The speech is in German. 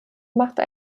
machte